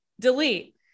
delete